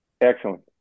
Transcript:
Excellent